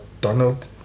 Donald